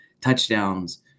touchdowns